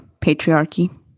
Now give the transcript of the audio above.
patriarchy